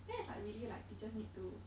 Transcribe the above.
then it's like really like teachers need to